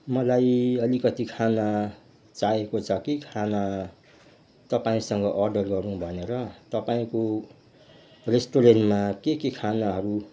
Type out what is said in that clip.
मलाई अलिकति खाना चाहिएको छ कि खाना तपाईँसँग अर्डर गरौँ भनेर तपाईँको रेस्टुरेन्टमा के के खानाहरू